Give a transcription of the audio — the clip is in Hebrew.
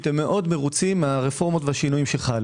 הם מאוד מרוצים מהרפורמות והשינויים שחלו.